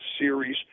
series